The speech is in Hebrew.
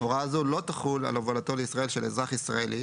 הוראה זו לא תחול על הובלתו לישראל של אזרח ישראלי